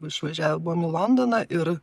išvažiavę buvom į londoną ir